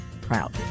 proud